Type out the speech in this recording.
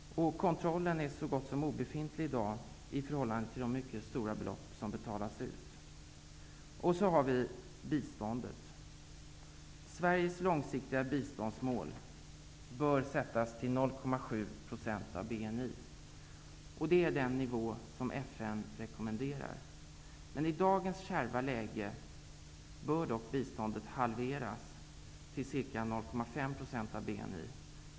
Kontrollen är så gott som obefintlig i dag, i förhållande till de mycket stora belopp som betalas ut. Biståndet: Sveriges långsiktiga biståndsmål bör vara 0,7 % av BNI. Det är den nivå som FN rekommenderar. I dagens kärva läge bör dock biståndet halveras till ca 0,5 % av BNI.